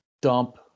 dump